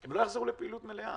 הם לא יחזרו לפעילות מלאה.